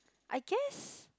I guess